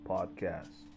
Podcast